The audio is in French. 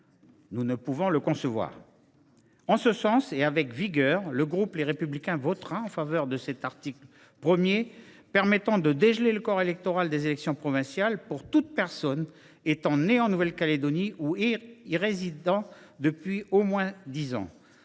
Nous ne pouvons le concevoir. En ce sens, le groupe Les Républicains votera avec vigueur en faveur de l’article 1 permettant de dégeler le corps électoral des élections provinciales pour toute personne née en Nouvelle Calédonie ou y résidant depuis au moins dix ans.